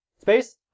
Space